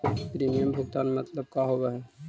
Premium भुगतान मतलब का होव हइ?